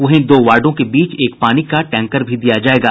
वहीं दो वार्डों के बीच एक पानी का टैंकर भी दिया जायेगा